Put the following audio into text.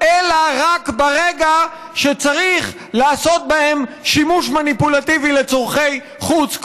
אלא רק ברגע שצריך לעשות בהם שימוש מניפולטיבי לצורכי חוץ,